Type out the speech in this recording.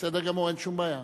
בסדר גמור, אין שום בעיה.